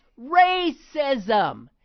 racism